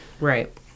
Right